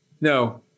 No